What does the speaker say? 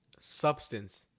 substance